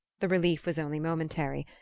the relief was only momentary.